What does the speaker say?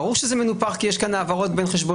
ברור שזה מנופח כי יש כאן העברות בין חשבונות.